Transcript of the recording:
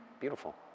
Beautiful